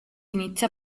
inizia